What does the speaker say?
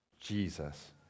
Jesus